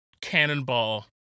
Cannonball